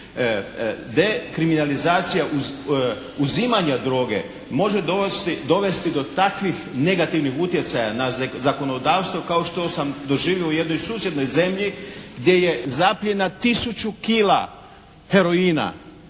dekriminalizacija uzimanja droge može dovesti do takvih negativnih utjecaja na zakonodavstvo kao što sam doživio u jednoj susjednoj zemlji gdje je zapljena 1000 kila heroina